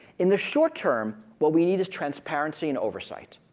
in the short term, what we need is transparency and oversight.